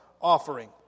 offering